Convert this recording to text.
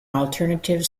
alternative